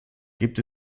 gibt